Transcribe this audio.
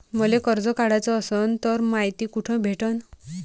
मले कर्ज काढाच असनं तर मायती कुठ भेटनं?